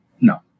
No